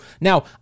Now